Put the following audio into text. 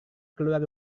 keluar